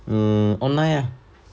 mm online ah